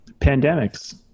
pandemics